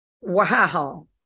Wow